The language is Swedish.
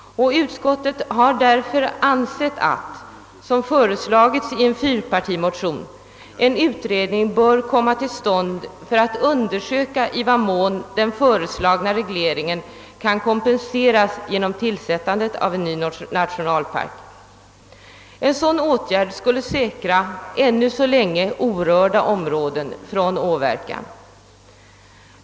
Utskottet har därför ansett att det bör — såsom också har föreslagits i en fyrpartimotion — göras en utredning för att undersöka i vad mån den föreslagna regleringen kan kompenseras genom avsättandet av en ny nationalpark. En sådan åtgärd skulle säkra ännu så länge orörda områden från åverkan.